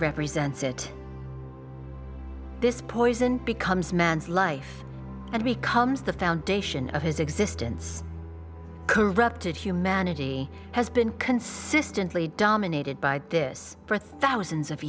represents it this poison becomes man's life and becomes the foundation of his existence corrupted humanity has been consistently dominated by this for thousands of